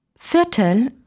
Viertel